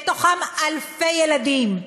בתוכם אלפי ילדים,